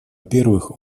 первых